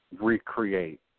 recreate